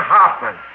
Hoffman